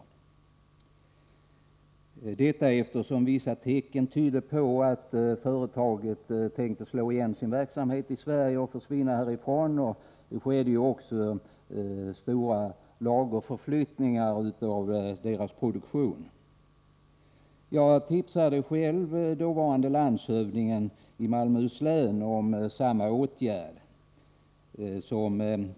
Detta borde göras eftersom vissa tecken tydde på att företaget tänkte lägga ned sin verksamhet i Sverige och försvinna härifrån. Det skedde också stora lagerförflyttningar. Jag tipsade själv den dåvarande landshövdingen i Malmöhus län om samma åtgärd.